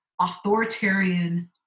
authoritarian